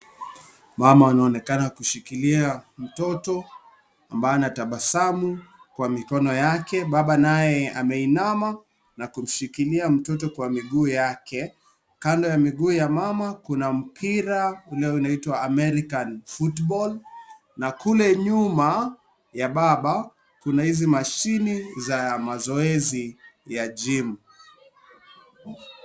Mama anayeonekana kushikilia mtoto ambaye anatabasamu kwa mikono yake. Baba naye ameinama na kumshikilia mtoto kwa miguu yake. Kando ya miguu ya mama kuna mpira unaoitwa American Football na kule nyuma ya Baba kuna hizi mashini za mazoezi ya gym .